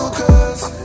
cause